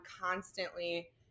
constantly